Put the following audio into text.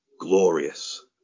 Glorious